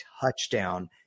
touchdown